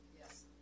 yes